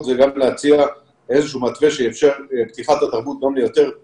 אני מדברת על אנשי התרבות שבימים כתיקונם,